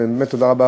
ובאמת תודה רבה,